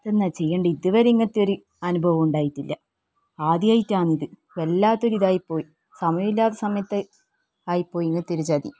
ഇതെന്താ ചെയ്യേണ്ട ഇതുവരെ ഇങ്ങനത്തെ ഒരു അനുഭവം ഉണ്ടായിട്ടില്ല ആദ്യായിട്ടാണ് ഇത് വല്ലാത്ത ഒരു ഇതായിപ്പോയി സമയമില്ലാത്ത സമയത്ത് ആയി പോയി ഇങ്ങനത്തെ ഒരു ചതി